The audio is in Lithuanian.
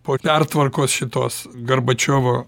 po pertvarkos šitos garbačiovo